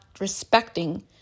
respecting